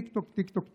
טיקטוק.